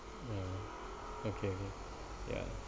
ah okay yeah